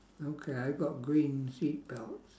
okay I've got green seat belts